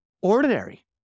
ordinary